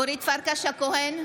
אורית פרקש הכהן,